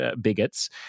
bigots